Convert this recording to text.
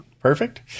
perfect